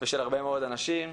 של הרבה מאוד אנשים.